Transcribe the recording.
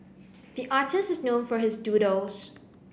the artist is known for his doodles